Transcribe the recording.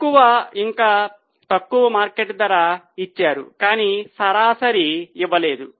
ఎక్కువ ఇంకా తక్కువ మార్కెట్ ధర ఇచ్చారు కానీ సరాసరి ఇవ్వలేదు